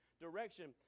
direction